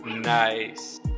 Nice